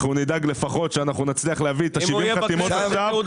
אנחנו נדאג לפחות שנצליח להביא 70 חתימות ועוד